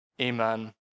Amen